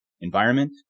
Environment